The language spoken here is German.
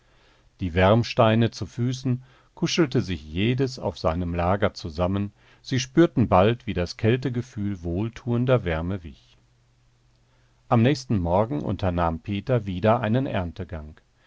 die wärmsteine zu füßen kuschelte sich jedes auf seinem lager zusammen sie spürten bald wie das kältegefühl wohltuender wärme wich am nächsten morgen unternahm peter wieder einen